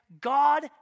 God